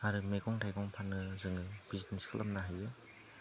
आरो मैगं थाइगं फाननानै जोङो बिजनेस खालामनो हायो